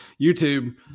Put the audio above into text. YouTube